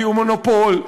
תהיו מונופול,